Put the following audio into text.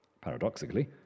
paradoxically